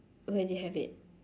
where did you have it